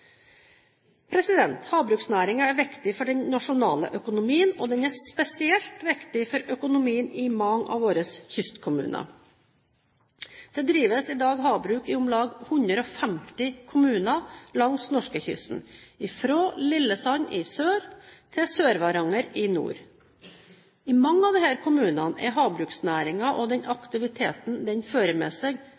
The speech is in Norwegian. er viktig for den nasjonale økonomien, og den er spesielt viktig for økonomien i mange av våre kystkommuner. Det drives i dag havbruk i om lag 150 kommuner langs norskekysten, fra Lillesand i sør til Sør-Varanger i nord. I mange av disse kommunene er havbruksnæringen og den aktiviteten den fører med seg,